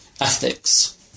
ethics